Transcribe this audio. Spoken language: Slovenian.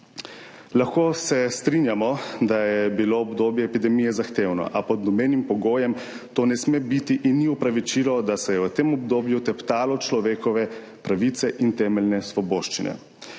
Lahko se strinjamo, da je bilo obdobje epidemije zahtevno, a pod nobenim pogojem to ne sme biti in ni opravičilo, da se je v tem obdobju teptalo človekove pravice in temeljne svoboščine.